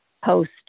post